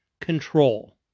control